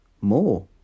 More